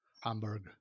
Hamburg